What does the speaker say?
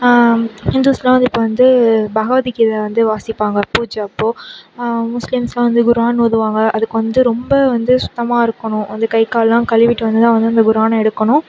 ஹிந்துஸ்லாம் வந்து இப்போ வந்து பகவத்துகீதை வந்து வாசிப்பாங்க பூஜை அப்போது முஸ்லீம்ஸ்லாம் வந்து குரான் ஓதுவாங்க அதுக்கு வந்து ரொம்ப வந்து சுத்தமாக இருக்கணும் வந்து கை கால்லாம் கழுவிவிட்டு வந்து தான் வந்து இந்த குரானை எடுக்கணும்